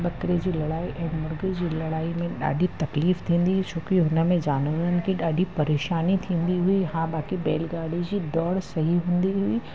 बकरी जी लड़ाई ऐं मुर्गे जी लड़ाई में ॾाढी तकलीफ़ थींदी छोकी हुन में जानवरनि खे ॾाढी परेशानी थींदी हुई हा बाक़ी बैलगाड़ी जी डोड़ सही हूंदी हुई